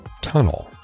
Tunnel